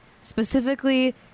specifically